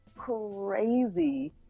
crazy